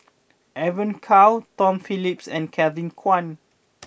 Evon Kow Tom Phillips and Kevin Kwan